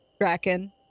Draken